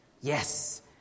Yes